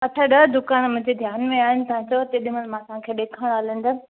अठ ॾह दुकान मुंहिंजे ध्यानु में आहिनि तव्हां चयो मां तेॾी महिल तव्हांखे ॾेखारण हलंदमि